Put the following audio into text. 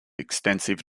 extensive